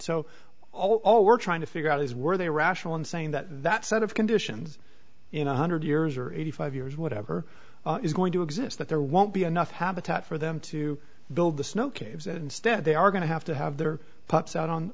so all we're trying to figure out is where they are rational in saying that that set of conditions in a hundred years or eighty five years whatever is going to exist that there won't be enough habitat for them to build the snow caves and instead they are going to have to have their pups out on